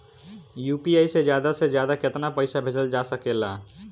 UPI से ज्यादा से ज्यादा केतना पईसा भेजल जा सकेला?